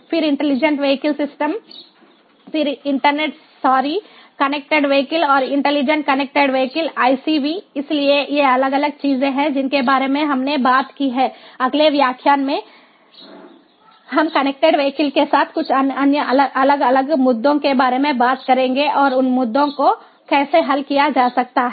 फिर intelligent vehicular system फिर internet sorry connected vehicle और इंटेलिजेंट कनेक्टेड व्हीकल ICV इसलिए ये अलग अलग चीजें हैं जिनके बारे में हमने बात की है अगले व्याख्यान में हम कनेक्टेड वीहिकल के साथ कुछ अन्य अलग अलग मुद्दों के बारे में बात करेंगे और उन मुद्दों को कैसे हल किया जा सकता है